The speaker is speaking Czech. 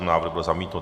Návrh byl zamítnut.